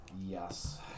Yes